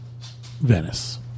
Venice